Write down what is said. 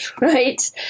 right